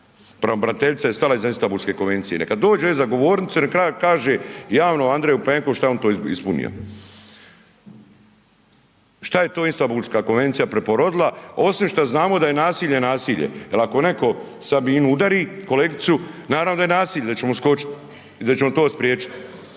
pravobraniteljica je stala iza Istambulske konvencije, neka dođe za govornicu i nek kaže javno Andreju Plenkoviću šta je on to ispunio. Šta je to Istambulska konvencija preporodila osim šta znamo da je nasilje nasilje, jel ako netko Sabinu udari, kolegicu, naravno da je nasilje, da ćemo skočit